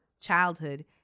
childhood